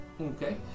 okay